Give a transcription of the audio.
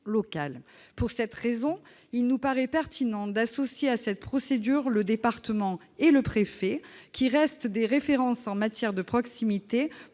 Pour cette raison, il nous paraît pertinent d'associer à cette procédure le département et le préfet, qui restent des références en matière de proximité